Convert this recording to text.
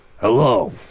hello